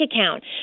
account